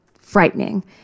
frightening